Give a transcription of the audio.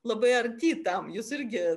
labai arti tam jūs irgi